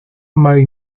mary